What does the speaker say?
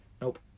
Nope